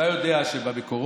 אתה יודע שבמקורות,